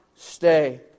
stay